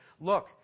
look